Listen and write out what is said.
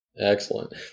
Excellent